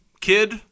kid